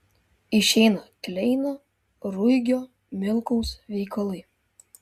išeina kleino ruigio milkaus veikalai